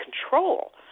control